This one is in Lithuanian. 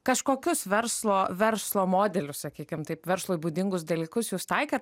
kažkokius verslo verslo modelius sakykim taip verslui būdingus dalykus jūs taikėt